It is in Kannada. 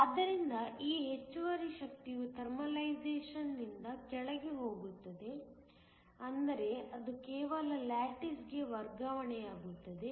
ಆದ್ದರಿಂದ ಈ ಹೆಚ್ಚುವರಿ ಶಕ್ತಿಯು ಥರ್ಮಲೈಸೇಶನ್ನಿಂದ ಕಳೆದುಹೋಗುತ್ತದೆ ಅಂದರೆ ಅದು ಕೇವಲ ಲ್ಯಾಟಿಸ್ಗೆ ವರ್ಗಾವಣೆಯಾಗುತ್ತದೆ